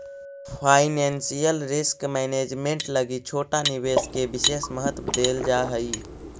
financial risk management लगी छोटा निवेश के विशेष महत्व देल जा हई